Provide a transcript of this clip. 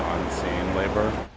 unseen labor.